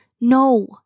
No